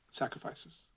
sacrifices